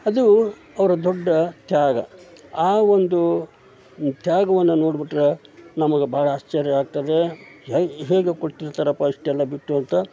ಅದು ಅವ್ರ ದೊಡ್ಡ ತ್ಯಾಗ ಆ ಒಂದು ತ್ಯಾಗವನ್ನು ನೋಡ್ಬಿಟ್ರೆ ನಮ್ಗೆ ಬಹಳ ಆಶ್ಚರ್ಯ ಆಗ್ತದೆ ಹೇಗೆ ಹೇಗೆ ಕೊಟ್ಟಿರ್ತಾರಪ್ಪ ಇಷ್ಟೆಲ್ಲ ಬಿಟ್ಟು ಅಂತ